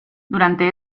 durante